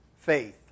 Faith